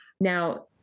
Now